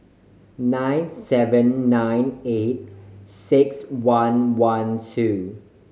nine seven nine eight six one one two